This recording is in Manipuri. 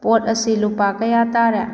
ꯄꯣꯠ ꯑꯁꯤ ꯂꯨꯄꯥ ꯀꯌꯥ ꯇꯥꯔꯦ